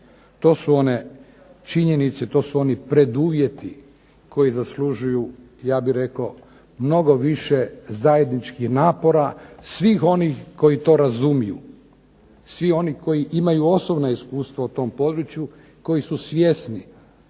To su one činjenice, to su oni preduvjeti koji zaslužuju, ja bih rekao, mnogo više zajedničkih napora svih onih koji to razumiju, svih onih koji imaju osobna iskustva u tom području, koji su svjesni